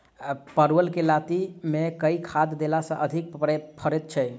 परवल केँ लाती मे केँ खाद्य देला सँ अधिक फरैत छै?